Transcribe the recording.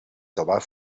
trobar